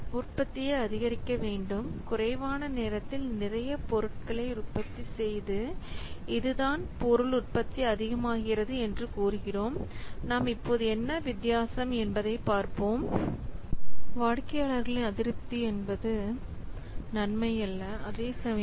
உற்பத்தியை அதிகரிக்க வேண்டும் குறைவான நேரத்தில் நிறைய பொருட்களை உற்பத்தி செய்வது இதுதான் பொருள் உற்பத்தி அதிகமாகிறது என்று கூறுகிறோம் நாம் இப்போது என்ன வித்தியாசம் என்பதை பார்ப்போம்